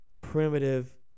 primitive